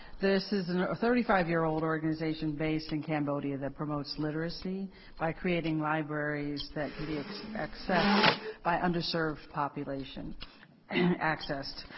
this is a thirty five year-old organization based in cambodia that promotes literacy by creating libraries that can be accessed by undeserved population accessed.